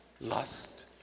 lust